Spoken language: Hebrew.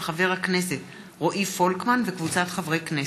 של חבר הכנסת רועי פולקמן וקבוצת חברי הכנסת,